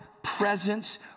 presence